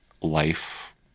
life